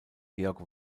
georg